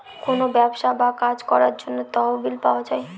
কোনো ব্যবসা বা কাজ করার জন্য তহবিল পাওয়া যায়